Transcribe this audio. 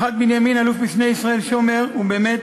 מח"ט בנימין אלוף-משנה ישראל שומר הוא באמת